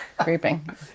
creeping